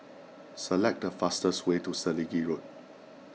select the fastest way to Selegie Road